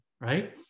right